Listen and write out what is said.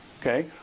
Okay